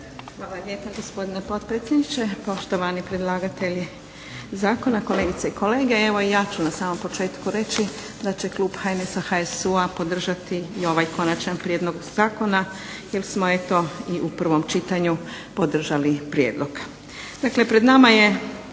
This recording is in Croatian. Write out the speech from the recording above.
Hvala lijepa gospodine potpredsjedniče, poštovani predlagatelji zakona, kolegice i kolege. Evo ja ću na samom početku reći da će klub HNS-HSU- podržati i ovaj konačni prijedlog zakona jer smo eto i u prvom čitanju podržali prijedlog.